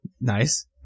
nice